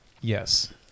Yes